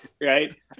Right